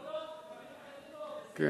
לא, לא, אני